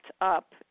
up